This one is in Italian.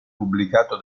pubblicato